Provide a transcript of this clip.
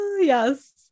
Yes